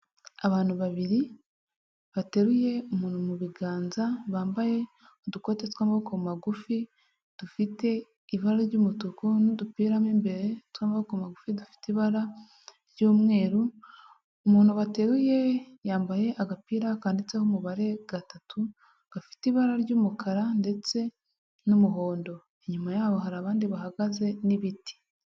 Abantu babiri, bateruye umuntu mu biganza bambaye udukote tw'amaboko magufi, dufite ibara ry'umutuku n'udupira mo imbere tw'amaboko magufi dufite ibara ry'umweru, umuntu bateruye yambaye agapira kanditseho umubare gatatu, gafite ibara ry'umukara ndetse n'umuhondo. Inyuma yaho hari abandi bahagaze n'ibiti.